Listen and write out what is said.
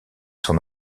son